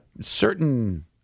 certain